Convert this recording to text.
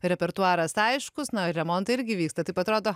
repertuaras aiškus na remontai irgi vyksta taip atrodo